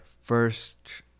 First